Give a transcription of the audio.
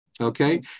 okay